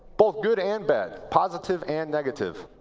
both good and bad. positive and negative.